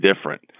different